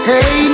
Hey